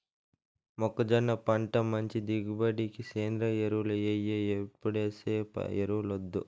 మొక్కజొన్న పంట మంచి దిగుబడికి సేంద్రియ ఎరువులు ఎయ్యి ఎప్పుడేసే ఎరువులొద్దు